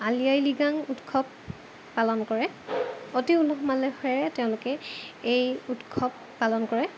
আলি আঃয়ে লৃগাং উৎসৱ পালন কৰে অতি উলহ মালহেৰে তেওঁলোকে এই উৎসৱ পালন কৰে